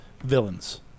villains